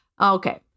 okay